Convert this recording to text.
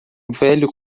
velho